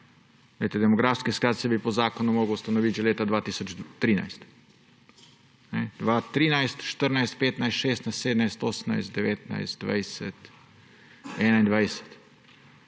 demografski sklad bi se po zakonu moral ustanoviti že leta 2013. 2013, 2014, 2015, 2016, 2017, 2018, 2019, 2020,